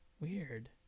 Weird